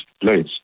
place